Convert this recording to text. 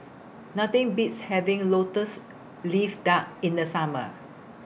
Nothing Beats having Lotus Leaf Duck in The Summer